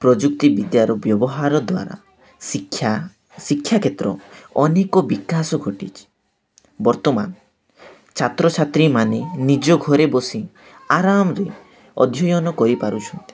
ପ୍ରଯୁକ୍ତିବିଦ୍ୟାର ବ୍ୟବହାର ଦ୍ୱାରା ଶିକ୍ଷା ଶିକ୍ଷା କ୍ଷେତ୍ର ଅନେକ ବିକାଶ ଘଟିଛି ବର୍ତ୍ତମାନ ଛାତ୍ରଛାତ୍ରୀମାନେ ନିଜ ଘରେ ବସି ଆରାମରେ ଅଧ୍ୟୟନ କରିପାରୁଛନ୍ତି